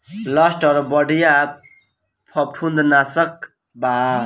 Luster बढ़िया फंफूदनाशक बा